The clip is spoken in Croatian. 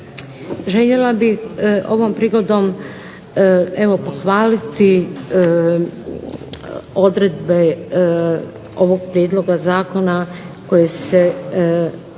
Željela bih ovom prigodom evo pohvaliti odredbe ovog prijedloga zakona koje se